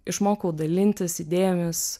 išmokau dalintis idėjomis